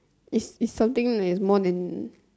is is something like is more than